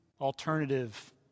alternative